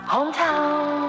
Hometown